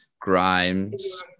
grimes